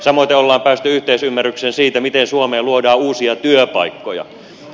samoiten on päästy yhteisymmärrykseen siitä miten suomeen luodaan uusia työpaikkoja